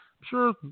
Sure